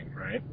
right